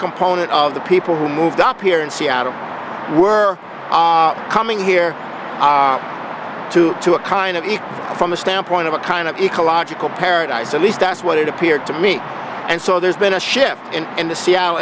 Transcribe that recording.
component of the people who moved up here in seattle were coming here to to a kind of eat from the standpoint of a kind of ecological paradise at least that's what it appeared to me and so there's been a shift in in the seattle